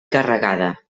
carregada